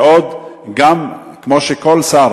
ועוד גם כמו שכל שר,